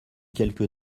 quelque